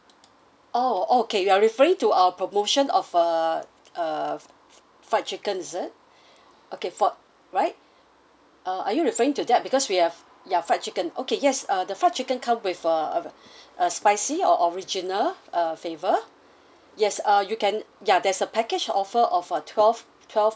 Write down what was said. oh okay you are referring to our promotion of err err fried chicken is it okay for right uh are you referring to that because we have ya fried chicken okay yes uh the fried chicken come with a a a spicy or original uh flavour yes uh you can ya there's a package offer of a twelve twelve